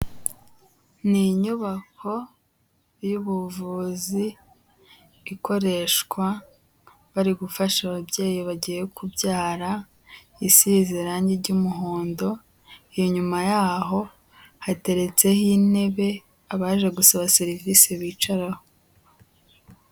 Ni inyubako y'ubuvuzi ikoreshwa bari gufasha ababyeyi bagiye kubyara, isize irangi ry'umuhondo, inyuma yaho hateretseho intebe abaje gusaba serivisi bicaraho.